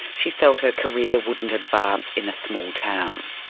she felt her career wouldn't advance in a small town.